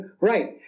Right